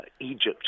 Egypt